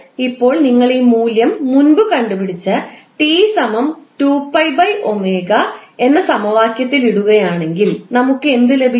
ഇപ്പോൾ നിങ്ങൾ ഈ മൂല്യം മുൻപു കണ്ടുപിടിച്ച 𝑇 2𝜋𝜔 എന്ന സമവാക്യത്തിൽ ഇടുകയാണെങ്കിൽ നമുക്ക് എന്ത് ലഭിക്കും